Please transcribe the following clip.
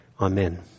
Amen